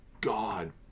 God